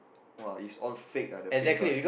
!wah! it's all fake ah the face all